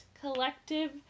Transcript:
Collective